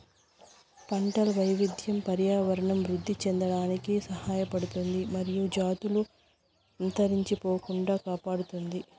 పంటల వైవిధ్యం పర్యావరణం వృద్ధి చెందడానికి సహాయపడుతుంది మరియు జాతులు అంతరించిపోకుండా కాపాడుతుంది